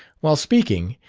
while speaking,